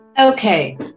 Okay